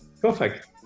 perfect